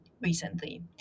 recently